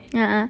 ah